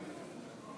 נתקבל.